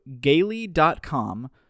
gaily.com